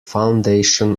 foundation